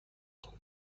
میکنید